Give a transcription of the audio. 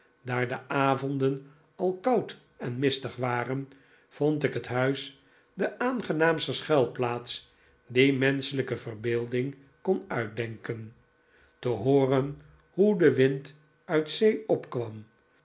daar de avonden al koud en mistig waren vond ik het huis de aangenaamste schuilplaats die menschelijke verbeelding kon uitdenken te hooren hoe de wind uit zee opkwam